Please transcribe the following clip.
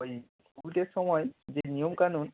ওই সময় যে নিয়ম কানুন